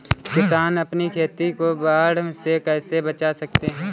किसान अपनी खेती को बाढ़ से कैसे बचा सकते हैं?